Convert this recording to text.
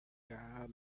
gare